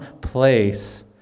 place